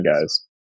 guys